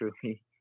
truly